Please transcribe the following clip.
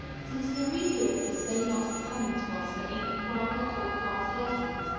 since the reader of this may not be coming to us for either private or class lessons,